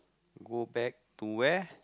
go back to where